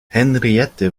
henriette